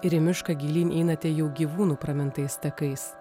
ir į mišką gilyn einate jau gyvūnų pramintais takais